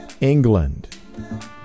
England